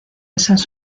esas